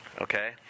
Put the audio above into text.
okay